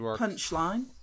punchline